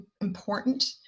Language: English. important